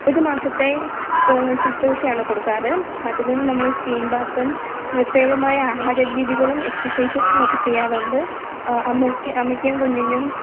ഒരു മാസത്തെ ശുശ്രൂഷയാണ് കൊടുക്കാറ് അതിനും നമ്മൾ സ്റ്റീം ബാത്തും പ്രത്യേകമായ ആഹാര രീതികളും എക്സർസൈസുകളും ഒക്കെ ചെയ്യാറുണ്ട് അമ്മയ്ക്ക് അമ്മയ്ക്കും കുഞ്ഞിനും